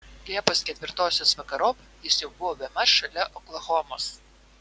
liepos ketvirtosios vakarop jis jau buvo bemaž šalia oklahomos